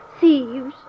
thieves